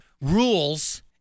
rules